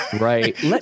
Right